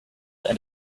and